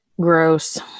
Gross